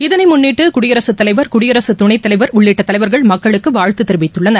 இதனை முன்னிட்டு குடியரசுத் தலைவா் குடியரசு துணைத்தலைவா் உள்ளிட்ட தலைவா்கள் மக்களுக்கு வாழ்த்து தெரிவித்துள்ளனர்